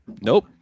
Nope